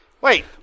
Wait